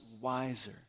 wiser